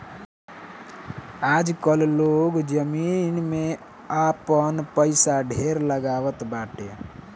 आजकाल लोग जमीन में आपन पईसा ढेर लगावत बाटे